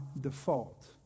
default